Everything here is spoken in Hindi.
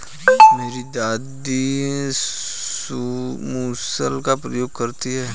मेरी दादी मूसल का प्रयोग करती हैं